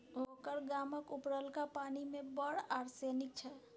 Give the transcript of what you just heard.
ओकर गामक उपरलका पानि मे बड़ आर्सेनिक छै